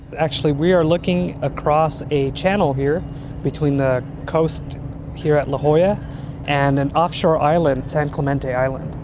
actually we are looking across a channel here between the coast here at la jolla and an offshore island, san clemente island.